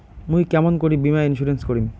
মুই কেমন করি বীমা ইন্সুরেন্স করিম?